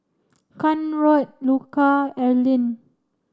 Conrad Luca Erline